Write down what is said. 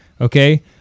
Okay